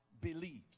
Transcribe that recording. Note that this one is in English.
believes